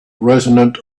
resonant